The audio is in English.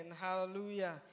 Hallelujah